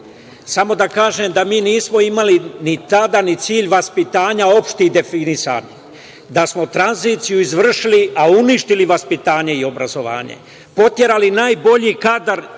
Samo da kažem da mi nismo imali ni tada ni cilj vaspitanja opštih definisanja. Da smo tranziciju izvršili, a uništili vaspitanje i obrazovanje. Poterali najbolji kadar